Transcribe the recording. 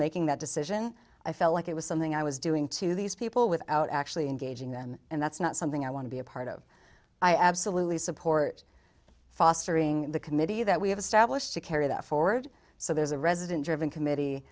making that decision i felt like it was something i was doing to these people without actually engaging then and that's not something i want to be a part of i absolutely support fostering the committee that we have a stir i wish to carry that forward so there's a resident driven committee